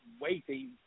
waiting